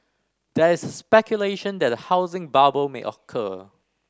there is speculation that a housing bubble may occur